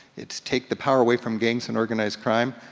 it's take the power away from gangs and organized crime.